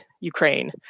Ukraine